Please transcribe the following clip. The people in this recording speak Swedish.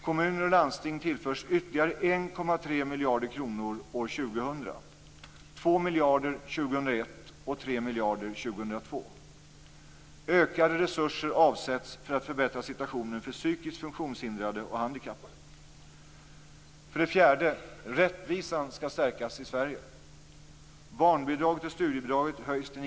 Kommuner och landsting tillförs ytterligare 1,3 miljarder kronor år 2000, 2 miljarder 2001 För det fjärde: Rättvisan skall stärkas i Sverige.